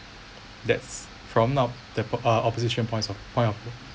that's from now that uh opposition points of point of